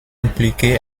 impliqué